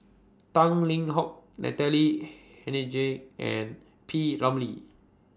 Tang Liang Hong Natalie Hennedige and P Ramlee